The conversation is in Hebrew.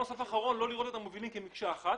לראות את המובילים כמקשה אחת.